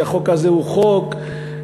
שהחוק הזה הוא חוק אנטי-אנושי,